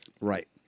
Right